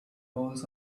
bowls